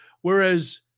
Whereas